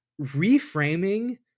reframing